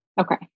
Okay